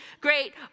great